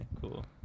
Cool